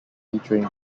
featuring